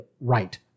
right